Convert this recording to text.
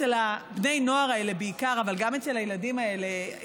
אצל בני הנוער האלה בעיקר אבל גם אצל הילדים האלה,